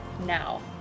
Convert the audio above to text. now